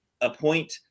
appoint